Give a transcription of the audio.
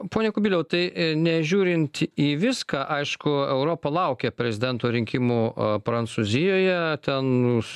pone kubiliau tai nežiūrint į viską aišku europa laukia prezidento rinkimų prancūzijoje ten